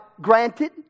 granted